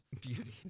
beauty